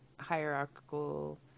hierarchical